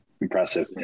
Impressive